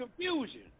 confusion